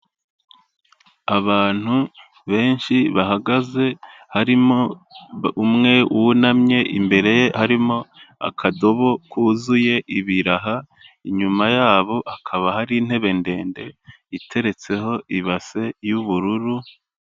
Abantu benshi bahagaze harimo umwe wunamye imbere ye harimo akadobo kuzuye ibiraha, inyuma yabo hakaba hari intebe ndende iteretseho ibase y'ubururu.